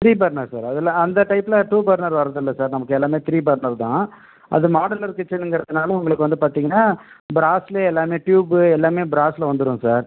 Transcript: three burner sir அதில் அந்த டைப்ல டூ பர்னர் வர்றது இல்லை சார் நமக்கு எல்லாமே த்ரீ பர்னர் தான் அது மாடுலர் கிச்சன்னுங்கிறதனால உங்களுக்கு வந்து பார்த்திங்கன்னா ப்ராஸ்லயே எல்லாமே டியூப்பு எல்லாமே ப்ராஸ்ல வந்துடும் சார்